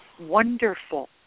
wonderful